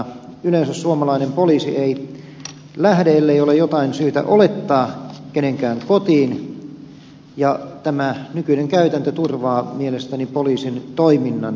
yleensä suomalainen poliisi ei lähde ellei ole jotain syytä olettaa kenenkään kotiin ja tämä nykyinen käytäntö turvaa mielestäni poliisin toiminnan